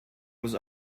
was